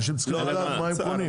ברור, אנשים צריכים לדעת מה הם קונים.